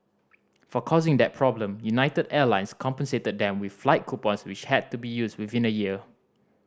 for causing that problem United Airlines compensated them with flight coupons which had to be used within a year